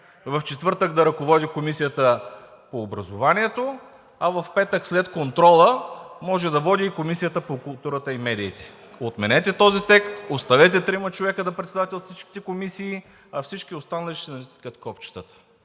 в четвъртък да ръководи Комисията по образованието, а в петък след контрола може да води и Комисията по културата и медиите. Отменете този текст! Оставете трима човека да председателстват всичките комисии, а всички останали ще натискат копчетата.